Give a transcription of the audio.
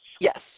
Yes